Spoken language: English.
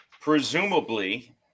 presumably